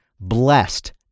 Blessed